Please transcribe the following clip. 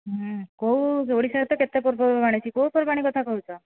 କେଉଁ ଓଡ଼ିଶାରେ ତ କେତେ ପର୍ବପର୍ବାଣି ଅଛି କେଉଁ ପର୍ବାଣି କଥା କହୁଛ